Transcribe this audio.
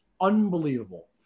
unbelievable